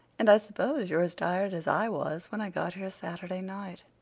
and i suppose you're as tired as i was when i got here saturday night.